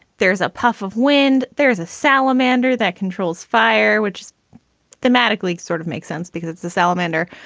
there's a puff of wind. there's a salamander that controls fire, which is thematically sort of make sense because it's the salamander.